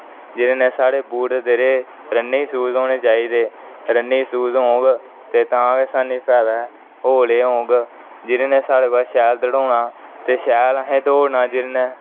जेहडे साढ़े बूट न ओह् रननिंग शूज होने चाहिदे रननिंग शूज होग तां गै सानू फायदा ऐ होले हून जेहदे कन्ने साढ़े कोला शैल दडौना ते शैल आसे दोड़ना